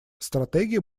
стратегия